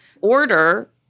order